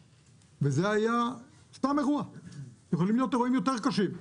ויכולים להיות אירועים גם יותר קשים.